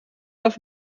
auf